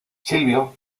silvio